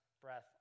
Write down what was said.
breath